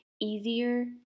easier